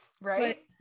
Right